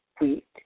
wheat